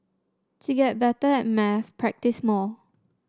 to get better at maths practise more